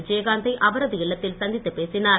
விஜயகாந்தை அவரது இல்லத்தில் சந்தித்து பேசினார்